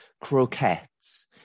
croquettes